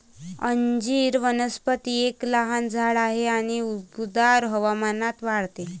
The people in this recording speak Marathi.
अंजीर वनस्पती एक लहान झाड आहे आणि उबदार हवामानात वाढते